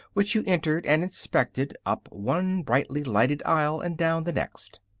which you entered and inspected, up one brightly lighted aisle and down the next.